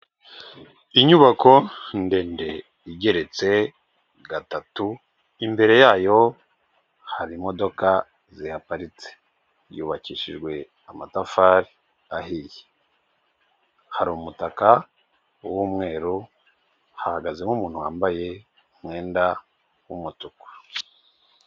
Inyubako ndende igeretse gatatu, imbere yayo hari imodoka zihaparitse. Yubakishijwe amatafari ahiye. Hari umutaka w'umweru, hahagaze umuntu wambaye umwenda w'umutuku.